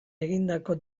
egindako